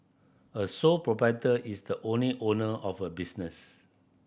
a sole proprietor is the only owner of a business